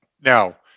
Now